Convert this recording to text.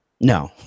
No